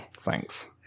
thanks